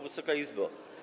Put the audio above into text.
Wysoka Izbo!